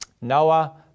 Noah